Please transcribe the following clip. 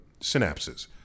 synapses